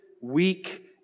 weak